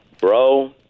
bro